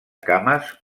cames